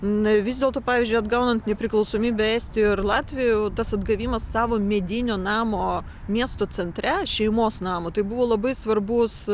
na vis dėlto pavyzdžiui atgaunant nepriklausomybę estijoj ir latvijoj tas atgavimas savo medinio namo miesto centre šeimos namo tai buvo labai svarbus